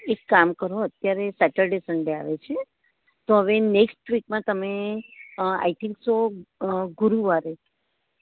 એક કામ કરો અત્યારે સેટરડે સન્ડે આવે છે તો હવે નેક્સ્ટ વીકમાં તમે આઈ થિંક સો ગુરુવારે